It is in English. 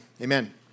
Amen